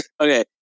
okay